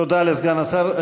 תודה לסגן השר.